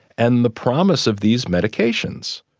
and the promise of these medications.